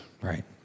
Right